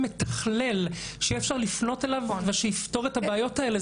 מתחלל שיהיה אפשר לפנות אליו ושיפתור את הבעיות האלו.